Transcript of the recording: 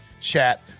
chat